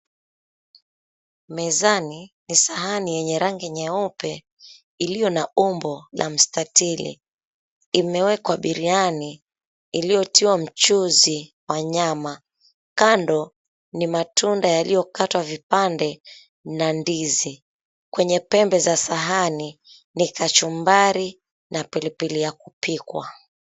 Mezani ni sahani yenye rangi nyeupe iliyo na umbo la mstatili, limewekwa biriani iliyotiwa mchuzi na nyama. Kando ni matunda yaliyokatwa vipande na ndizi. Kwenye pembe za sahani ni kachumbari na pilipili ya kupikwa.